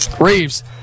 Reeves